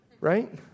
Right